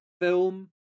film